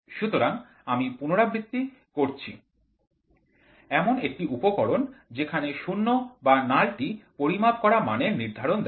সুতরাং আমি পুনরাবৃত্তি করছি এমন একটি উপকরণ যেখানে ০ বা নাল টি পরিমাপ করা মানের নির্ধারণ দেয়